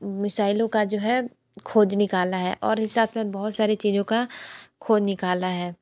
मिसाइलों का जो है खोज निकाला है और ही साथ बहुत सारी चीज़ों का खोज निकाला है